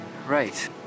Right